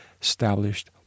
established